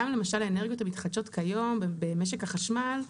גם למשל האנרגיות המתחדשות כיום במשק החשמל,